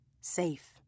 safe